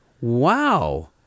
Wow